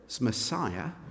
Messiah